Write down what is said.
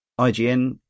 IGN